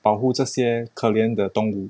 保护这些可怜的动物